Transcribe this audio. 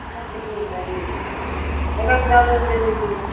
कितने कितने का है ये एक एक दर्जन दे दीजिए